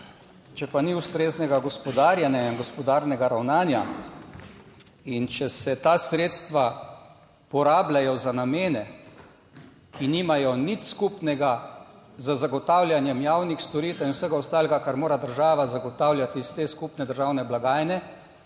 če pa ni ustreznega gospodarjenja in gospodarnega ravnanja, in če se ta sredstva porabljajo za namene, ki nimajo nič skupnega z zagotavljanjem javnih storitev in vsega ostalega kar mora država zagotavljati iz te skupne državne blagajne,